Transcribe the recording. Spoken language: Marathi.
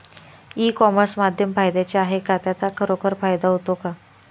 ई कॉमर्स माध्यम फायद्याचे आहे का? त्याचा खरोखर फायदा होतो का?